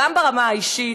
גם ברמה האישית,